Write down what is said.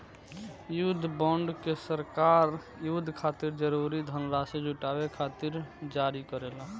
युद्ध बॉन्ड के सरकार युद्ध खातिर जरूरी धनराशि जुटावे खातिर जारी करेला